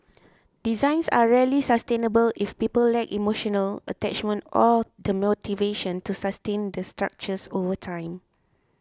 designs are rarely sustainable if people lack emotional attachment or the motivation to sustain the structures over time